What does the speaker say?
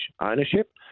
ownership